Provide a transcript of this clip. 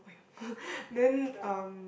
then um